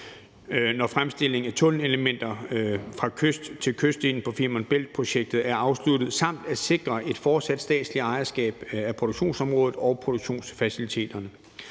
når fremstillingen af tunnelelementer til kyst til kyst-delen af Femern Bælt-projektet er afsluttet, samt at sikre et fortsat statsligt ejerskab af produktionsområdet og produktionsfaciliteterne.